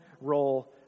role